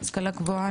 השכלה גבוהה,